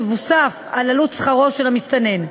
ייווסף על עלות שכרו של המסתנן.